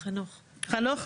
חנוך,